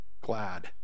glad